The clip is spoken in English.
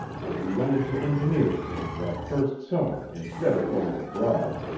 when you went into engineer's camp that first summer instead of going abroad,